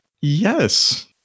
Yes